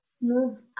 moves